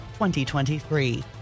2023